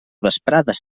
vesprades